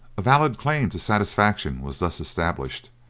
a valid claim to satisfaction was thus established,